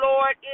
Lord